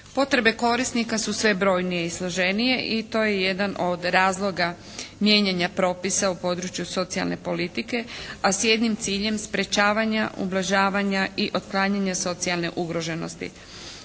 Potrebe korisnika su sve brojnije i složenije i to je jedan od razloga mijenjanja propisa u području socijalne politike a s jednim ciljem sprečavanja, ublažavanja i otklanjanja socijalne ugroženosti.